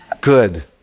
Good